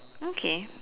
okay